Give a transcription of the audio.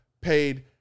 paid